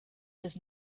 does